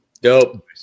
Dope